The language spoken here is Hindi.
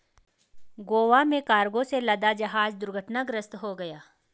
गोवा में कार्गो से लदा जहाज दुर्घटनाग्रस्त हो गया